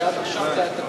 ועד עכשיו זה היה תקוע.